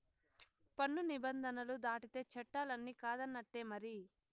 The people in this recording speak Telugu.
పన్ను నిబంధనలు దాటితే చట్టాలన్ని కాదన్నట్టే మరి